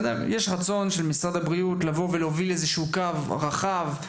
יש רצון של משרד הבריאות להוביל איזשהו קו רחב.